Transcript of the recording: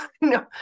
no